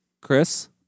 Chris